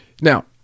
Now